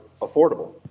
affordable